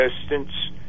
distance